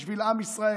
בשביל עם ישראל,